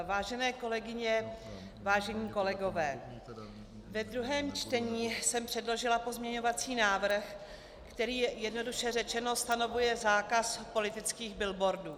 Vážené kolegyně, vážení kolegové, ve druhém čtení jsem předložila pozměňovací návrh, který jednoduše řečeno stanovuje zákaz politických billboardů.